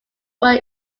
were